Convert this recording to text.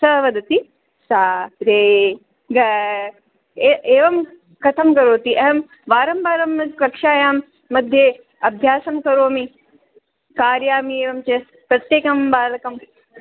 स वदति सा रे ग एवं कथं भवति अहं वारं वारं यत् कक्ष्यायां मध्ये अभ्यासं करोमि कारयामि एवञ्च प्रत्येकं बालकम्